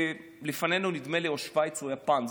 לפנינו נדמה לי או שווייץ או יפן.